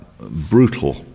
brutal